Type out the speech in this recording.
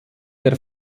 der